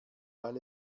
weil